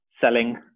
selling